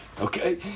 Okay